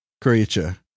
creature